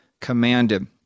commanded